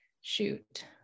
shoot